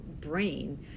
brain